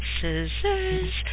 scissors